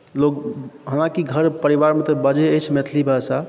लोक हालाँकि घर परिवारमे बजै अछि मैथिली भाषा